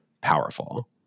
powerful